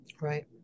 Right